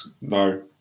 No